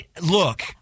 Look